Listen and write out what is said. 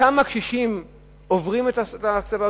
כמה קשישים עוברים את ההקצבה הזאת?